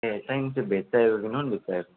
ए चाहिन चाहिँ भेज चाहिएको कि ननभेज चाहिएको